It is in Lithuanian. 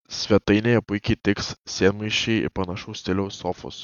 svetainėje puikiai tiks sėdmaišiai ir panašaus stiliaus sofos